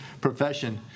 profession